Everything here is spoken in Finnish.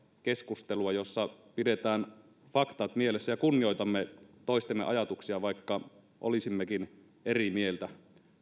keskustelua jossa pidetään faktat mielessä ja kunnioitamme toistemme ajatuksia vaikka olisimmekin eri mieltä